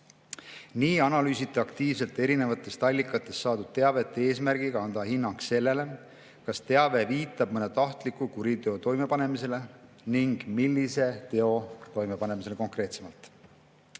Nii analüüsiti aktiivselt erinevatest allikatest saadud teavet eesmärgiga anda hinnang sellele, kas teave viitab mõne tahtliku kuriteo toimepanemisele ning millise teo toimepanemisele konkreetsemalt.